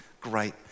great